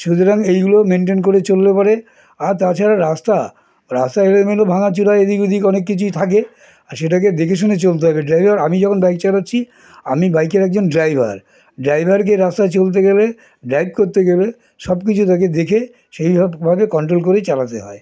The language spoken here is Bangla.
সুতরাং এইগুলো মেনটেন করে চললে পারে আর তাছাড়া রাস্তা রাস্তা এলোমেলো ভাঙাচোড়া এদিক উদিক অনেক কিছুই থাকে আর সেটাকে দেখে শুনে চলতে হবে ড্রাইভার আমি যখন বাইক চালাচ্ছি আমি বাইকের একজন ড্রাইভার ড্রাইভারকে রাস্তা চলতে গেলে ড্রাইভ করতে গেলে সব কিছু তাকে দেখে সেইভাবেভাবে কন্ট্রোল করে চালাতে হয়